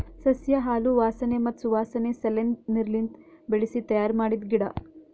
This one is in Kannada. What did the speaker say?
ಸಸ್ಯ ಹಾಲು ವಾಸನೆ ಮತ್ತ್ ಸುವಾಸನೆ ಸಲೆಂದ್ ನೀರ್ಲಿಂತ ಬೆಳಿಸಿ ತಯ್ಯಾರ ಮಾಡಿದ್ದ ಗಿಡ